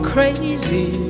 Crazy